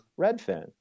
Redfin